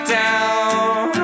down